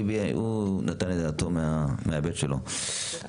הוא נתן את דעתו מההיבט שלו.